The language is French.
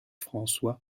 françois